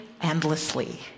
endlessly